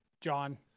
John